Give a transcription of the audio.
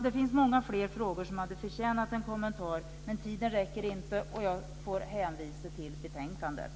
Det finns många fler frågor som hade förtjänat en kommentar, men tiden räcker inte till. Jag får hänvisa till betänkandet.